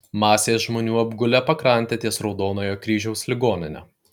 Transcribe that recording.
masės žmonių apgulę pakrantę ties raudonojo kryžiaus ligonine